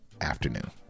afternoon